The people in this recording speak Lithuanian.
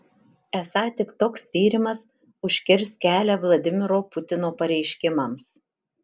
esą tik toks tyrimas užkirs kelią vladimiro putino pareiškimams